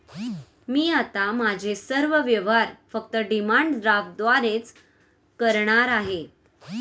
मी आता माझे सर्व व्यवहार फक्त डिमांड ड्राफ्टद्वारेच करणार आहे